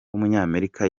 w’umunyamerika